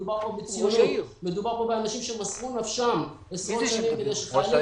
מדובר כאן באנשים שמסרו נפשם עשרות שנים כדי שחיילי